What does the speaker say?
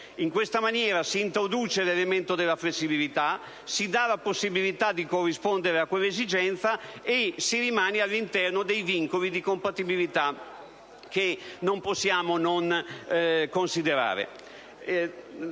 In questa maniera si introduce il principio della flessibilità, si da cioè la possibilità di corrispondere a quella esigenza rimanendo all'interno dei vincoli di compatibilità che non possiamo non considerare.